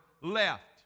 left